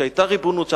כשהיתה ריבונות,